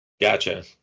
Gotcha